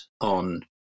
on